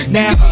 now